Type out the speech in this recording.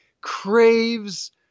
craves